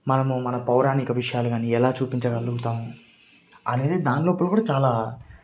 మనము మన పౌరాణిక విషయాలు కానీ ఎలా చూపించగలుగుతాము అనేది దాని లోపల కూడా చాలా